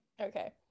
okay